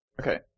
Okay